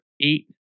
eight